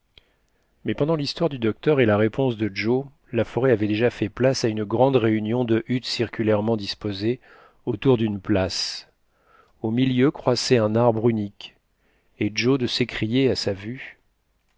mais pendant l'histoire du docteur et la réponse de joe la forêt avait déjà fait place à une grande réunion de huttes circulairement disposées autour d'une place au milieu croissait un arbre unique et joe de s'écrier à sa vue